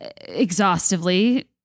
exhaustively